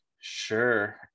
sure